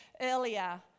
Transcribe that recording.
earlier